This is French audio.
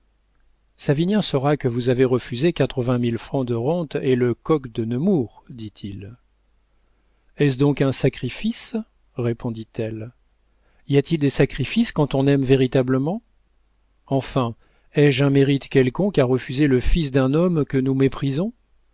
entende savinien saura que vous avez refusé quatre-vingt mille francs de rente et le coq de nemours dit-il est-ce donc un sacrifice répondit-elle y a-t-il des sacrifices quand on aime véritablement enfin ai-je un mérite quelconque à refuser le fils d'un homme que nous méprisons